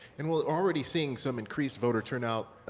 and we're already seeing some increased voter turnout,